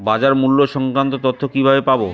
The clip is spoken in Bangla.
বাজার মূল্য সংক্রান্ত তথ্য কিভাবে পাবো?